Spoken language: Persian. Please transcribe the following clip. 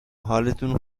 حالتون